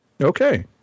Okay